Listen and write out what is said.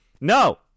No